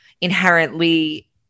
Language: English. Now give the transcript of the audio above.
inherently